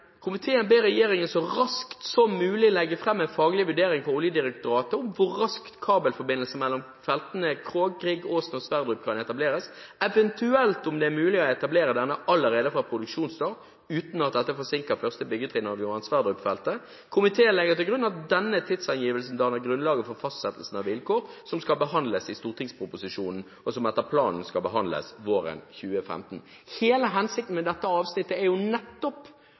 Komiteen legger til grunn at denne tidsangivelsen danner grunnlaget for fastsettelse av vilkår som skal behandles i stortingsproposisjonen, og som etter planen skal behandles våren 2015.» Hele hensikten med dette avsnittet er nettopp